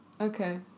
Okay